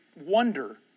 wonder